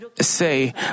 say